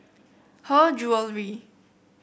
Her Jewellery